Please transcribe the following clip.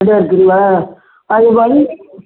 அது வண்டி